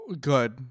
good